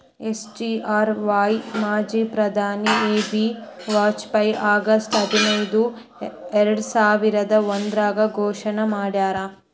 SGRY ಮಾಜಿ ಪ್ರಧಾನಿ A B Vajpayee August ಹದಿನೈದು ಎರ್ಡಸಾವಿರದ ಒಂದ್ರಾಗ ಘೋಷಣೆ ಮಾಡ್ಯಾರ